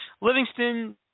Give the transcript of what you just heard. Livingston